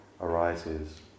arises